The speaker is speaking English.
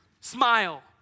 Smile